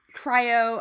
cryo